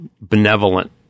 benevolent